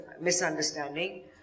misunderstanding